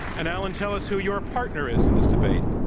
and, alan, tell us who your partner is in this debate.